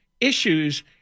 issues